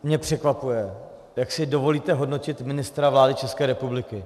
Mě překvapuje, jak si dovolíte hodnotit ministra vlády České republiky.